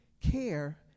care